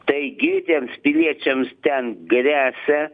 taigi tiems piliečiams ten gresia